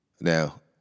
now